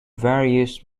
various